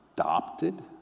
adopted